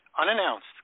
unannounced